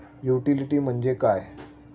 Utility म्हणजे काय?